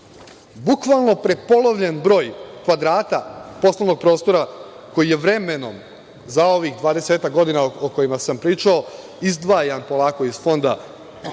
Bukvalno prepolovljen broj kvadrata poslovnog prostora koji je vremenom, za ovih 20 godina o kojima sam pričao, izdvajan polako iz Fonda